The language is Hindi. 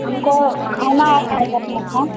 हमको खाना करना था